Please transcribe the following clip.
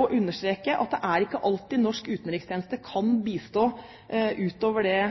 å understreke at det er ikke alltid norsk utenrikstjeneste kan bistå, utover det